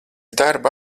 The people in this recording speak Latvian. darba